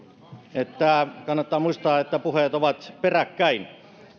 kannattaa muistaa että puheet ovat peräkkäin